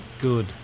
Good